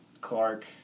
Clark